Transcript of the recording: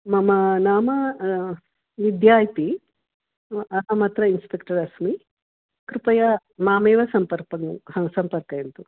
मम नाम विद्या इति अहमत्र इन्स्पेक्टर् अस्मि कृपया मामेव सम्पर्कं सम्पर्कयन्तु